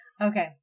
Okay